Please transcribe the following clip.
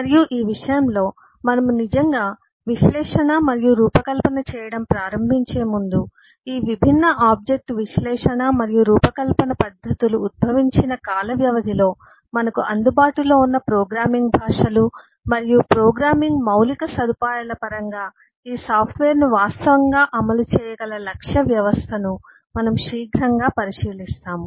మరియు ఈ విషయంలో మనము నిజంగా విశ్లేషణ మరియు రూపకల్పన చేయడం ప్రారంభించే ముందు ఈ విభిన్న ఆబ్జెక్ట్ విశ్లేషణ మరియు రూపకల్పన పద్దతులు ఉద్భవించిన కాల వ్యవధిలో మనకు అందుబాటులో ఉన్న ప్రోగ్రామింగ్ భాషలు మరియు ప్రోగ్రామింగ్ మౌలిక సదుపాయాల పరంగా ఈ సాఫ్ట్వేర్ను వాస్తవంగా అమలు చేయగల లక్ష్య వ్యవస్థను మనము శీఘ్రంగా పరిశీలిస్తాము